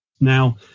Now